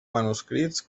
manuscrits